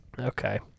Okay